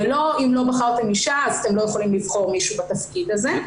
ולא 'אם לא בחרתם אישה אז אתם לא יכולים לבחור מישהו בתפקיד הזה'.